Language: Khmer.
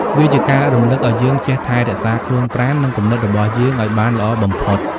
វាជាការរំលឹកឱ្យយើងចេះថែរក្សាខ្លួនប្រាណ និងគំនិតរបស់យើងឱ្យបានល្អបំផុត។